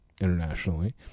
internationally